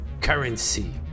currency